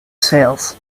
sails